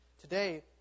Today